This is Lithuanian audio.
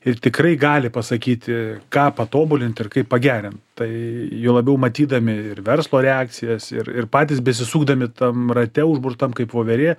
ir tikrai gali pasakyti ką patobulint ir kaip pagerint tai juo labiau matydami ir verslo reakcijas ir ir patys besisukdami tam rate užburtam kaip voverė